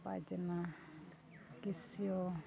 ᱵᱟᱡᱽᱱᱟ ᱠᱮᱥᱤᱭᱳ